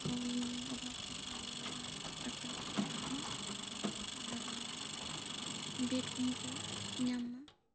ᱱᱚᱣᱟ ᱚᱵᱷᱟᱵ ᱟᱞᱚ ᱦᱩᱭᱩᱜ ᱢᱟ ᱰᱟᱠᱛᱟᱨ ᱠᱚᱠᱚ ᱛᱟᱦᱮᱱ ᱢᱟ ᱟᱨ ᱵᱮᱰ ᱠᱚ ᱦᱚᱸ ᱠᱚ ᱧᱟᱢ ᱢᱟ